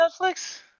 netflix